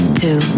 two